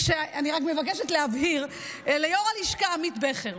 אני רק מבקשת להבהיר ליו"ר הלשכה עמית בכר: